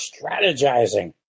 strategizing